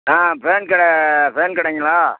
ஆ fan கடை fan கடையிங்களா